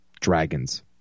dragons